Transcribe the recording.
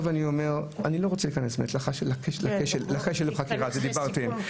אני לא רוצה להיכנס לכשל החקירה, זה דיברתם.